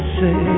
say